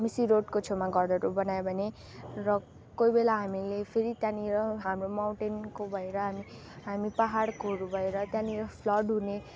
बेसी रोडको छेउमा घरहरू बनायो भने र कोही बेला हामीले फेरि त्यहाँनिर हाम्रो माउन्टेनको भएर हामी हामी पाहाडकोहरू भएर त्यहाँनिर फ्लड हुन्